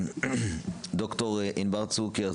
ד"ר ענבר צוקר,